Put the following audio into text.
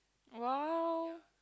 !wow!